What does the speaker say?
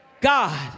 God